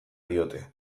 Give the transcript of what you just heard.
diote